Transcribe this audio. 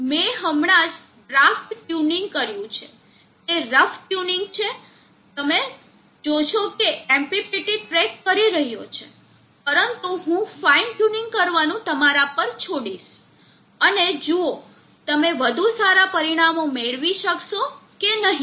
મેં હમણાં જ ડ્રાફ્ટ ટ્યુનિંગ કર્યું છે તે રફ ટ્યુનિંગ છે અને તમે જોશો કે MPPT ટ્રેક કરી રહ્યો છે પરંતુ હું ફાઈન ટ્યુનિંગ કરવાનું તમારા પર છોડીશ અને જુઓ તમે વધુ સારા પરિણામો મેળવી શકશો કે નહીં